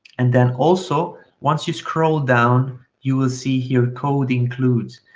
and then also once you scroll down, you will see here code includes.